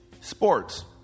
Sports